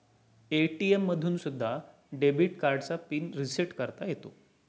ATM मधून सुद्धा debit कार्डचा पिन रिसेट करता येतो